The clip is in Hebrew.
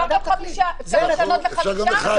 אפשר לשנות לחמישה?